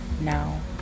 now